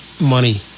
money